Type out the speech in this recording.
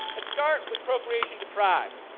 let's start with procreation deprived.